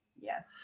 Yes